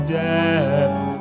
depth